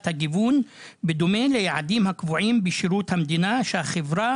הגיוון בדומה ליעדים הקבועים בשירות המדינה שהחברה